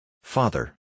Father